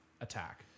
attack